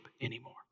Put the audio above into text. anymore